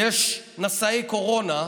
יש נשאי קורונה.